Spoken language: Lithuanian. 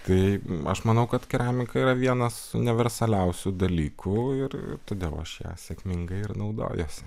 tai aš manau kad keramika yra vienas universaliausių dalykų ir todėl aš ja sėkmingai ir naudojuosi